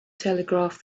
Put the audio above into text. telegraph